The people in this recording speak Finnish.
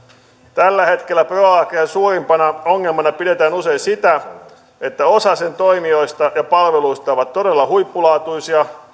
tällä hetkellä proagrian suurimpana ongelmana pidetään usein sitä että osa sen toimijoista ja palveluista on todella huippulaatuisia